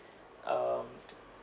um